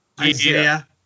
Isaiah